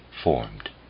formed